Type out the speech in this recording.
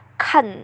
看